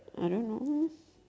I don't know